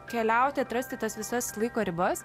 keliauti atrasti tas visas laiko ribas